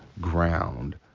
ground